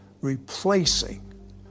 replacing